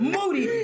Moody